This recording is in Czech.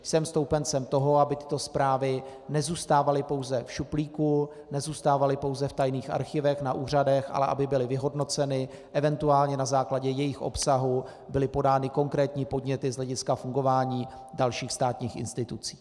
Jsem stoupencem toho, aby tyto zprávy nezůstávaly pouze v šuplíku, nezůstávaly pouze v tajných archivech na úřadech, ale aby byly vyhodnoceny, eventuálně na základě jejich obsahu byly podány konkrétní podněty z hlediska fungování dalších státních institucí.